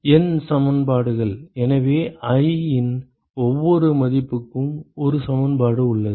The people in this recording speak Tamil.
N சமன்பாடுகள் எனவே i இன் ஒவ்வொரு மதிப்புக்கும் 1 சமன்பாடு உள்ளது